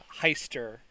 heister